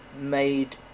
made